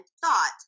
thought